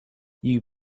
you